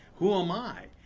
who am i?